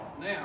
Now